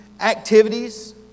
activities